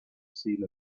seen